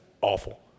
awful